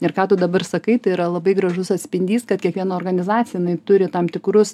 ir ką tu dabar sakai tai yra labai gražus atspindys kad kiekviena organizacija jinai turi tam tikrus